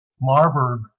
Marburg